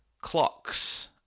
clocks